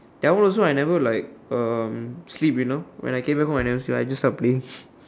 that one also I never like um sleep you know when I came back home I never sleep I just start playing